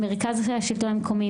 מרכז השלטון המקומי,